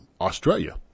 australia